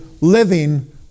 living